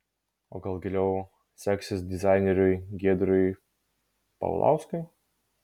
o gal geriau seksis dizaineriui giedriui paulauskui